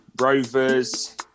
Rovers